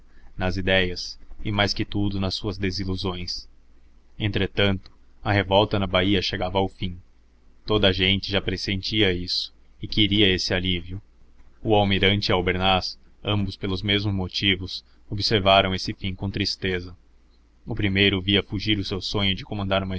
nas idéias e mais que tudo nas suas desilusões entretanto a revolta na baía chegava ao fim toda a gente já pressentia isso e queria esse alívio o almirante e albernaz ambos pelos mesmos motivos observavam esse fim com tristeza o primeiro via fugir o seu sonho de comandar uma